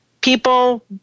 people